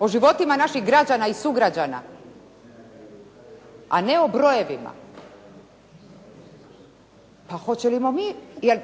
o životima naših građana i sugrađana, a ne o brojevima. Pa hoćemo li mi, jer